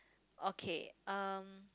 okay um